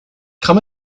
come